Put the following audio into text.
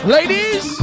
Ladies